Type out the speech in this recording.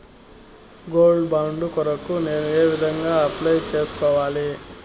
Gold bond కొరకు నేను ఏ విధంగా అప్లై సేసుకోవాలి?